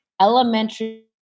Elementary